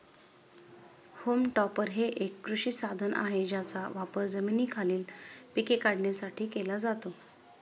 home टॉपर हे एक कृषी साधन आहे ज्याचा वापर जमिनीखालील पिके काढण्यासाठी केला जातो